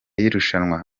y’irushanwa